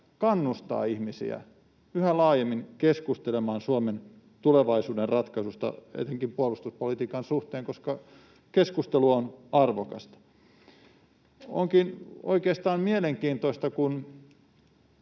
kannustaa ihmisiä yhä laajemmin keskustelemaan Suomen tulevaisuuden ratkaisuista, etenkin puolustuspolitiikan suhteen, koska keskustelu on arvokasta. Onkin oikeastaan mielenkiintoista,